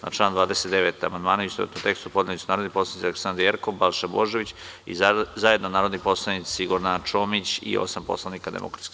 Na član 29. amandmane u istovetnom tekstu podneli su narodni poslanici Aleksandra Jerkov, Balša Božović i zajedno narodni poslanici Gordana Čomić i osam poslanika DS.